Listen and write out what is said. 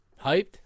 Hyped